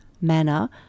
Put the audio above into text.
manner